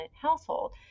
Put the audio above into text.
household